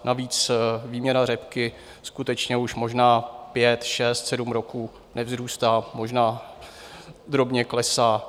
Navíc výměra řepky skutečně už možná pět, šest, sedm roků nevzrůstá, možná drobně klesá.